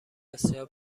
بسیار